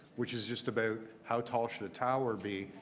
which is just about how tall should a tower be,